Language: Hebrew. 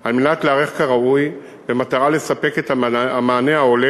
על מנת להיערך כראוי במטרה לספק את המענה ההולם